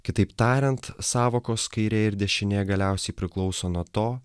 kitaip tariant sąvokos kairė ir dešinė galiausiai priklauso nuo to